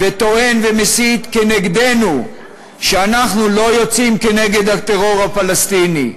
וטוען ומסית נגדנו שאנחנו לא יוצאים נגד הטרור הפלסטיני.